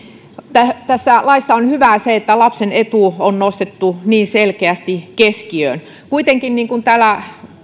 tässä laissa on hyvää se että lapsen etu on nostettu niin selkeästi keskiöön kuitenkin niin kuin täällä